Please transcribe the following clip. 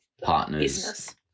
partners